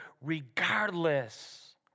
regardless